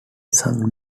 sung